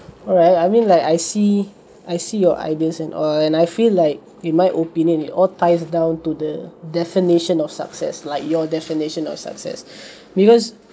alright I mean like I see I see your ideas and all and I feel like in my opinion it all ties down to the definition of success like your definition of success because